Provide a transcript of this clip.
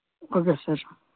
okay sir